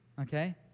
okay